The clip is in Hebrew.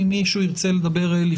אם מישהו ירצה לדבר.